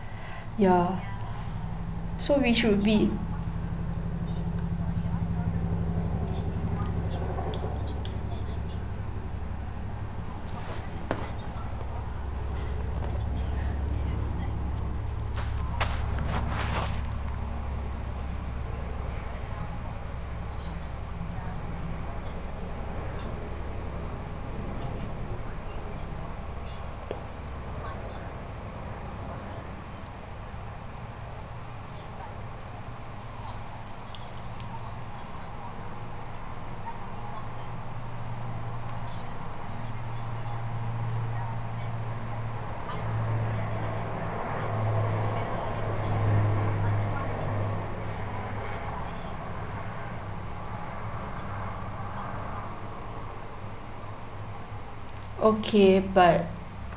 ya so we should be okay but